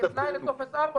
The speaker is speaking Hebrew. כתנאי לטופס 4,